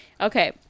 Okay